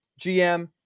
GM